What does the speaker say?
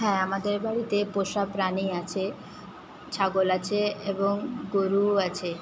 হ্যাঁ আমাদের বাড়িতে পোষা প্রাণী আছে ছাগল আছে এবং গরুও আছে